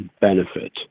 benefit